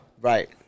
Right